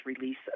release